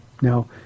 Now